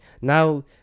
Now